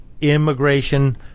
immigration